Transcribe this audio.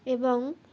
এবং